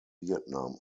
vietnam